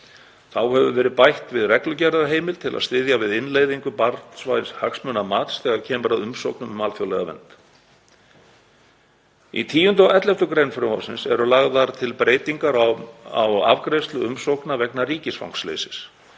Þá hefur verið bætt við reglugerðarheimild til að styðja við innleiðingu barnvæns hagsmunamats þegar kemur að umsóknum um alþjóðlega vernd. Í 10. og 11. gr. frumvarpsins eru lagðar til breytingar á afgreiðslu umsókna vegna ríkisfangsleysis.